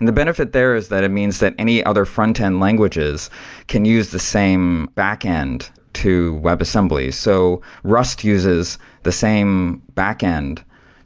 and the benefit there is that it means that any other frontend languages can use the same backend to webassembly. so rust uses the same backend